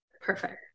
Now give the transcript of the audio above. perfect